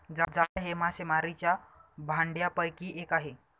जाळे हे मासेमारीच्या भांडयापैकी एक आहे